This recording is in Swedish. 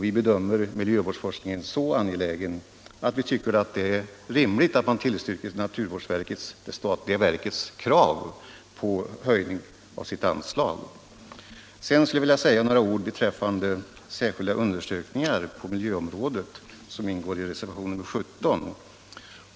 Vi bedömer miljövårdsforskningen vara så angelägen, att det är rimligt att man tillstyrker det statliga naturvårdsverkets krav på höjning av sitt anslag. Sedan vill jag säga några ord beträffande särskilda undersökningar på miljöområdet, som berörs i reservationen 17.